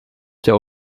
der